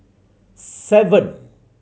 seven